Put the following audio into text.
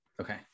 Okay